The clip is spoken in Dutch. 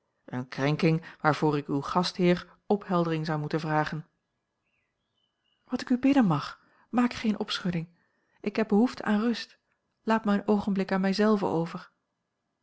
eene krenking waarvoor ik uw gastheer opheldering zou moeten vragen wat ik u bidden mag maak geene opschudding ik heb behoefte aan rust laat mij een oogenblik aan mij zelve over